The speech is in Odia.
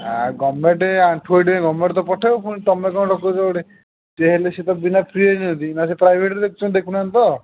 ଆଃ ଗଭର୍ଣ୍ଣମେଣ୍ଟ ଆଣ୍ଠୁ ଗଣ୍ଠି ପାଇଁ ଗଭର୍ଣ୍ଣମେଣ୍ଟ ତ ପଠେଇବ ପୁଣି ତମେ କ'ଣ ଡକାଉଛ ଗୋଟେ ଯିଏ ହେଲେ ସେ ତ ବିନା ଫ୍ରିରେ ନିଅନ୍ତି ନା ସେ ପ୍ରାଇଭେଟ୍ରେ ଦେଖୁଛନ୍ତି ଦେଖୁ ନାହାନ୍ତି ତ